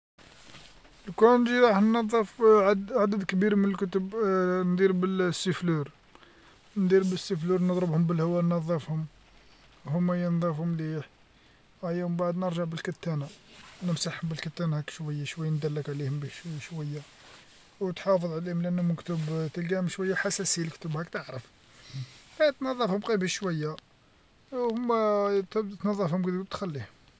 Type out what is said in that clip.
لو كان نجي راح نضف عد- عدد كبير من الكتب ندير بلسفلور ندير بسفلور نضربهم بالهوا نظفهم، هوما ينظاف مليح، ايا من بعد نرجع بالكتانة، نمسحهم بالكتانة هاك شوية شوية ندلك عليهم شوية شوية، وتحافظ عليهم لأنهم لكتوب تلقاهم شوية حساسين لكتوب هك تعرف، أتنضفهوم غير بشوية و تنضفهوم وتخليهم.